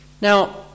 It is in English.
Now